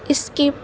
skip